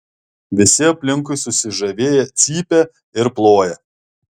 visi aplinkui susižavėję cypia ir ploja